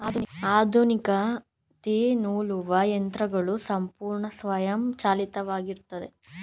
ಆಧುನಿಕ ತ್ತಿ ನೂಲುವ ಯಂತ್ರಗಳು ಸಂಪೂರ್ಣ ಸ್ವಯಂಚಾಲಿತವಾಗಿತ್ತವೆ